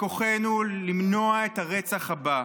בכוחנו למנוע את הרצח הבא.